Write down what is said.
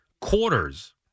quarters